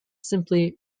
simply